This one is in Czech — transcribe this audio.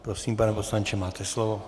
Prosím, pane poslanče, máte slovo.